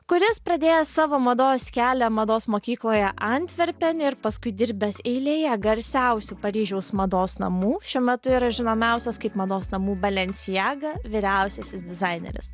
kuris pradėjo savo mados kelią mados mokykloje antverpene ir paskui dirbęs eilėje garsiausių paryžiaus mados namų šiuo metu yra žinomiausias kaip mados namų belencijaga vyriausiasis dizaineris